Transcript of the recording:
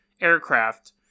aircraft